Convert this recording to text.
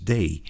Day